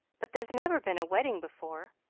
but there's never been a wedding before.